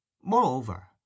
Moreover